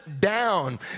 down